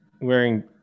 wearing